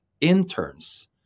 interns